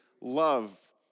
love